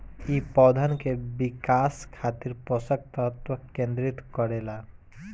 इ पौधन के विकास खातिर पोषक तत्व केंद्रित करे ला